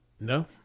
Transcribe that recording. No